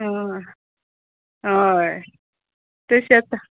आं हय तशें आतां